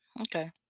Okay